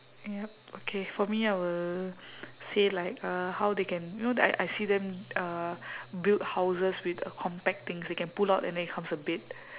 yup okay for me I will say like uh how they can you know I I see them uh build houses with a compact things they can pull out and then it becomes a bed